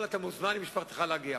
הוא לא רוצה לשפר את הכלכלה,